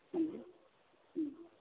ಹ್ಞೂ ಹ್ಞೂ